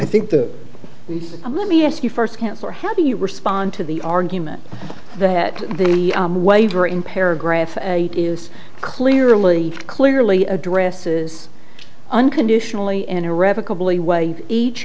i think the news and let me ask you first counselor how do you respond to the argument that the waiver in paragraph eight is clearly clearly addresses unconditionally and irrevocably way each